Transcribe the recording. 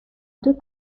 deux